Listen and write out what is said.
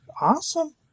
Awesome